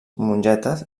mongetes